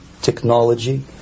technology